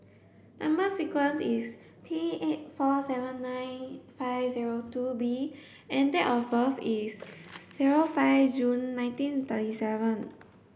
number sequence is T eight four seven nine five zero two B and date of birth is zero five June nineteen thirty seven